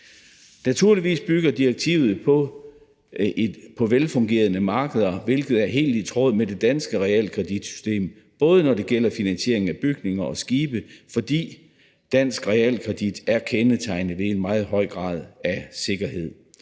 Naturligvis bygger direktivet på velfungerende markeder, hvilket er helt i tråd med det danske realkreditsystem, når det gælder finansiering af både bygninger og skibe, fordi dansk realkredit er kendetegnet ved en meget høj grad af sikkerhed.